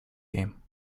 game